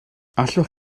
allwch